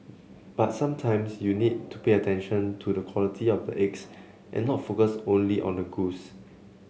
but sometimes you need to pay attention to the quality of the eggs and not focus only on the goose